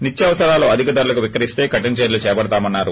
నిత్యావసరాలు అధిక ధరలకు విక్రయిస్తే కఠిన చర్యలు చేపడతామన్నారు